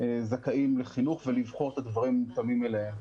זכאים לחינוך ולבחור את הדברים המותאמים להם.